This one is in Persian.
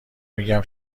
میگم